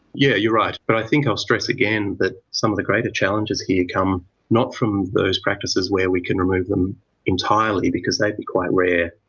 yeah you're right, but i think i'll stress again that some of the greater challenges here come not from those practices where we can remove them entirely, because they would be quite rare.